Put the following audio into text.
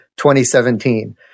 2017